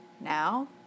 now